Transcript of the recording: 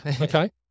okay